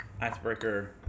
icebreaker